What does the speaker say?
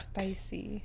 Spicy